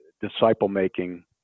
disciple-making